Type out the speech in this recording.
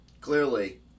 clearly